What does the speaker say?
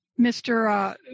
Mr